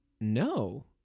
no